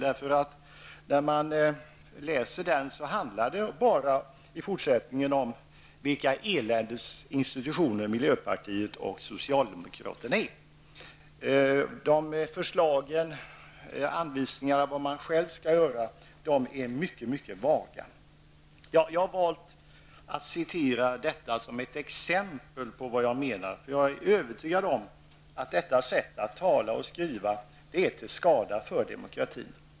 I fortsättningen handlar den bara om vilka eländets institutioner miljöpartiet och socialdemokraterna är. Förslagen på vad man själva skall göra är mycket vaga. Jag har valt att citera detta som ett exempel på vad jag menar. Jag är övertygad om att detta sätt att tala och skriva är till skada för demokratin.